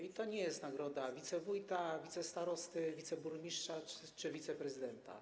I to nie jest nagroda wicewójta, wicestarosty, wiceburmistrza czy wiceprezydenta.